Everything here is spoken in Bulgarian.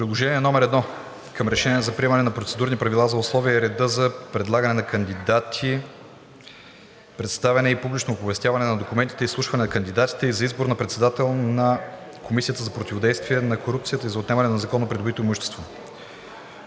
„Приложение № 2 към Решение за приемане на Процедурни правила за условията и реда за предлагане на кандидати, представяне и публично оповестяване на документите, изслушване на кандидатите и за избор на председател на Комисията за противодействие на корупцията и за отнемане на незаконно придобитото имущество.